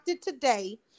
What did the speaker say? today